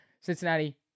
Cincinnati